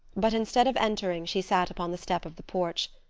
but instead of entering she sat upon the step of the porch.